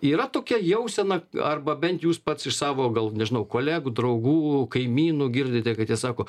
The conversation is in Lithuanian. yra tokia jausena arba bent jūs pats iš savo gal nežinau kolegų draugų kaimynų girdite kad jie sako